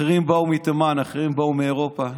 אחרים באו מתימן, אחרים באו מאירופה.